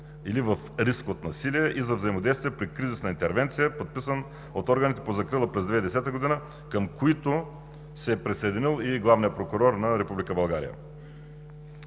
или в риск от насилие, и за взаимодействие при кризисна интервенция, подписан от органите по закрила през 2010 г., към които се е присъединил и главният прокурор на